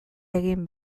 egin